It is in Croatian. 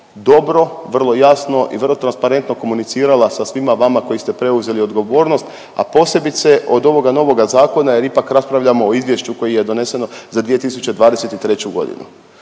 dobro, vrlo jasno i vrlo transparentno komunicirala sa svima vama koji ste preuzeli odgovornost, a posebice od ovoga novoga zakona jer ipak raspravljamo o izvješću koje je doneseno za 2023.g..